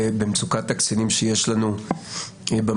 במצוקת תקציבים שיש לנו במשטרה,